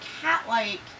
cat-like